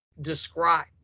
describe